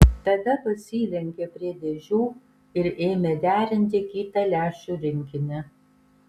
tada pasilenkė prie dėžių ir ėmė derinti kitą lęšių rinkinį